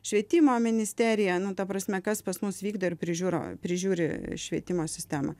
švietimo ministerija nu ta prasme kas pas mus vykdo ir prižiūro prižiūri švietimo sistemą